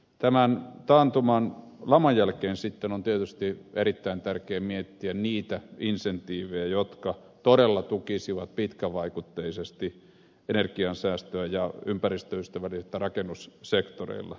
tämän taantuman laman jälkeen sitten on tietysti erittäin tärkeää miettiä niitä insentiivejä jotka todella tukisivat pitkävaikutteisesti energiansäästöä ja ympäristöystävällisyyttä rakennussektoreilla